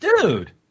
dude